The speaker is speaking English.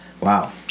wow